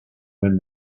when